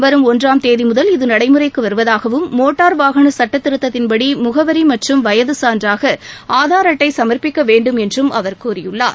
வரும் ஒன்றாம் தேதி முதல் இது நடைமுறைக்கு வருவதாகவும் மோட்டார் வாகன சட்டத்திருத்தத்தின்படி முகவரி மற்றும் வயது சான்றாக ஆதார் அட்டை சமர்ப்பிக்க வேண்டும் என்றும் அவர் கூறியுள்ளார்